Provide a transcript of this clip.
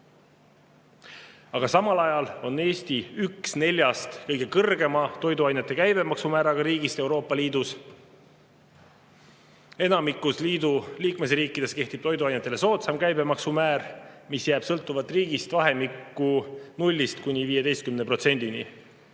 Aga samal ajal on Eesti üks neljast kõige kõrgema toiduainete käibemaksu määraga riigist Euroopa Liidus. Enamikus liidu liikmesriikides kehtib toiduainetele soodsam käibemaksumäär, mis jääb sõltuvalt riigist vahemikku 0–15%.